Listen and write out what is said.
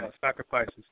sacrifices